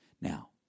Now